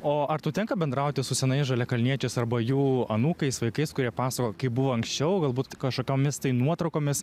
o ar tau tenka bendrauti su senais žaliakalniečiais arba jų anūkais vaikais kurie pasakojo kaip buvo anksčiau galbūt kažkokiomis tai nuotraukomis